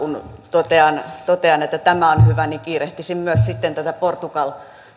kun totean että tämä on hyvä niin kiirehtisin myös sitten tätä portugali